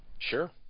Sure